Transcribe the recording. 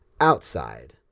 outside